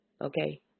okay